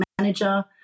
manager